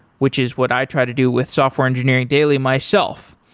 which is what i try to do with software engineering daily myself,